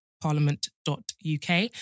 parliament.uk